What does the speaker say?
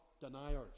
deniers